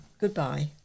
Goodbye